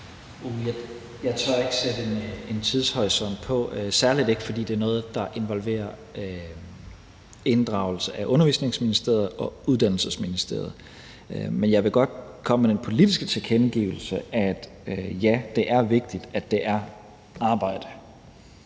Jeg tør ikke sætte en tidshorisont på, særlig ikke, fordi det er noget, der involverer inddragelse af Undervisningsministeriet og Uddannelsesministeriet. Men jeg vil godt komme med den politiske tilkendegivelse, at ja, det er vigtigt, at det er arbejde